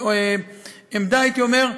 הייתי אומר,